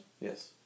Yes